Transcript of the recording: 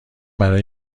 برای